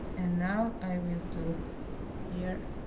and now i will do here.